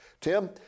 Tim